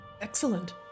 excellent